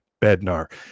Bednar